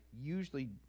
usually